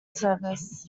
service